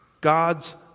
God's